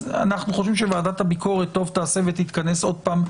אנחנו חושבים שוועדת הביקורת טוב תעשה ותתכנס עוד פעם.